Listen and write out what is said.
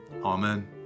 amen